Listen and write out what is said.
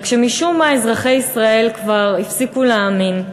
רק שמשום מה אזרחי ישראל כבר הפסיקו להאמין.